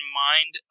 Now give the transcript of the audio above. mind